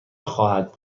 خواهد